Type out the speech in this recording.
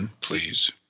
please